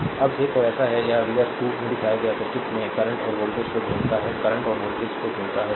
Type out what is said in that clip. slide time देखें 2221 अब एक और ऐसा है यह फिगर 2 में दिखाए गए सर्किट में करंट और वोल्टेज को ढूंढता है करंट और वोल्टेज को ढूंढता है